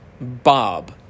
Bob